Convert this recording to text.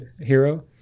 hero